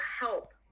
help